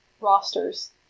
rosters